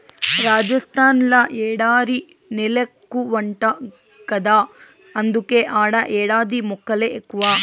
రాజస్థాన్ ల ఎడారి నేలెక్కువంట గదా అందుకే ఆడ ఎడారి మొక్కలే ఎక్కువ